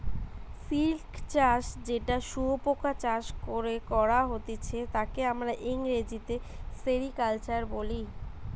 silk চাষ যেটা শুয়োপোকা চাষ করে করা হতিছে তাকে আমরা ইংরেজিতে সেরিকালচার বলি